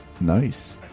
Nice